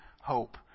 hope